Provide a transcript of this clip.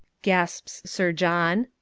gasps sir john.